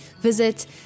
visit